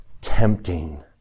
tempting